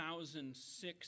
2006